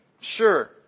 sure